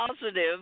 positive